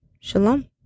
Shalom